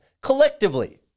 Collectively